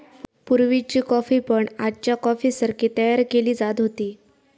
पुर्वीची कॉफी पण आजच्या कॉफीसारखी तयार केली जात होती